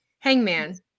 Hangman